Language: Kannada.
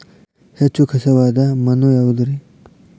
ಹೆಚ್ಚು ಖಸುವಾದ ಮಣ್ಣು ಯಾವುದು ರಿ?